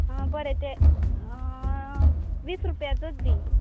हां बरें तें वीस रुपयाचोच दी